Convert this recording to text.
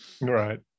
Right